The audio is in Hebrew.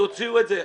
תוציאו את זה.